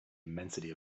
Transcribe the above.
immensity